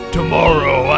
Tomorrow